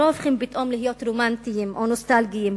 לא מפקידים קרקעות ולא בונים מבני ציבור.